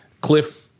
cliff